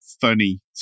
funny